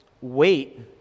wait